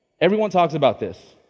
everyone talks about this.